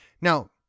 Now